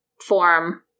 Form